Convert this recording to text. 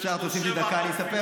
אפשר, אם תוסיף לי דקה, אני אספר.